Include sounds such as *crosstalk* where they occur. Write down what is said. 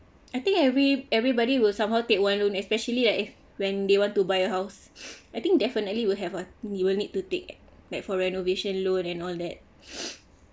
I think every everybody will somehow take one loan especially like when they want to buy a house *breath* I think definitely will have one you will need to take that for renovation loan and all that *breath*